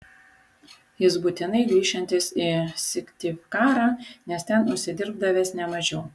jis būtinai grįšiantis į syktyvkarą nes ten užsidirbdavęs ne mažiau